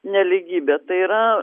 nelygybė tai yra